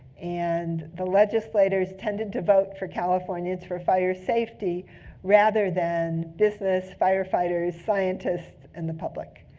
and the legislators tended to vote for californians for fire safety rather than business, firefighters, scientists, and the public.